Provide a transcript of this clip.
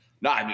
No